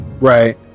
right